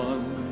One